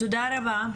תודה רבה.